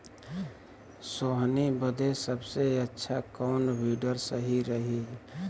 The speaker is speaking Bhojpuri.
सोहनी बदे सबसे अच्छा कौन वीडर सही रही?